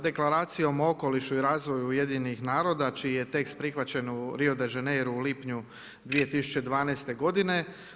Deklaracijom o okolišu i razvoju UN-a čiji je tekst prihvaćen u Rio de Janeiru u lipnju 2012. godine.